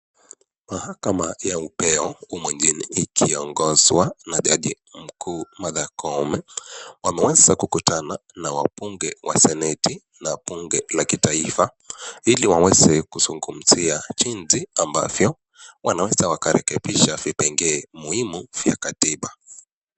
Mahakama ya upeo humu nchini ikiongozwa na jaji mkuu Martha Koome. Wameweza kukutana na wabunge wa seneti na bunge la kitaifa. hili waweze kuzungumzia jinsi ambavyo wanaweza wakarekebisha vipenge muhimu vya katiba.